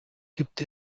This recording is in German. gibt